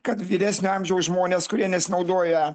kad vyresnio amžiaus žmonės kurie nesinaudoja